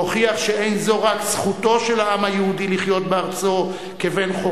והוכיחה שאין זו רק זכותו של העם היהודי לחיות בארצו כבן-חורין,